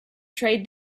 trade